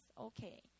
okay